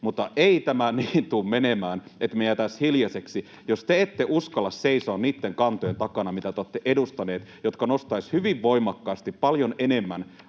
mutta ei tämä niin tule menemään, että me jäätäisiin hiljaiseksi. Jos te ette uskalla seisoa niitten kantojenne takana, mitä te olette edustaneet, jotka nostaisivat hyvin voimakkaasti, paljon enemmän